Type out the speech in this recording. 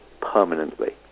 permanently